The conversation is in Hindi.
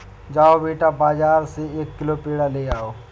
जाओ बेटा, बाजार से एक किलो पेड़ा ले आओ